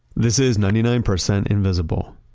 this is ninety nine percent invisible.